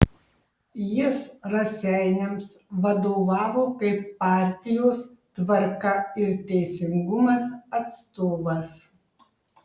jis raseiniams vadovavo kaip partijos tvarka ir teisingumas atstovas